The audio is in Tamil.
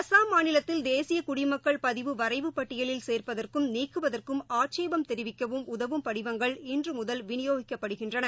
அசாம் மாநிலத்தில் தேசியகுடிமக்கள் பதிவு வரைவுப் பட்டியலில் சேர்ப்பதற்கும் நீக்குவதற்கும் ஆட்சேபம் தெரிவிக்கவும் உதவும் படிவங்கள் இன்றுமுதல் விநியோகிக்கப்படுகின்றன